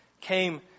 came